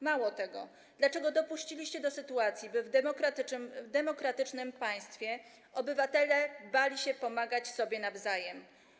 Mało tego, dlaczego dopuściliście do sytuacji, by w demokratycznym państwie obywatele bali się pomagać sobie nawzajem?